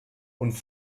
und